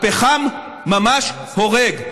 הפחם ממש הורג.